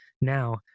now